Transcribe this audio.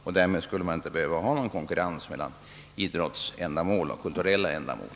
Om så är fallet skulle det inte behöva bli någon konkurrens mellan idrottsändamål och kulturella ändamål.